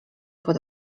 pod